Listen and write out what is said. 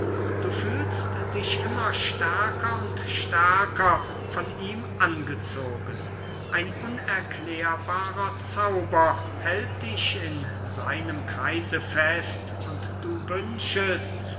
du fühlst dich immer stärker und stärker von ihm angezogen ein unerklärbarer zauber hält dich in seinem kreise fest und du wünschest